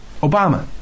Obama